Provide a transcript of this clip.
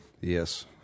Yes